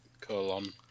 colon